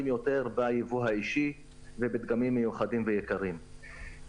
יותר ביבוא האישי ובדגמים מיוחדים ויקרים,